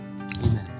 Amen